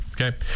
Okay